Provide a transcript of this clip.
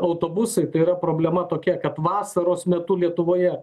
autobusai tai yra problema tokia kad vasaros metu lietuvoje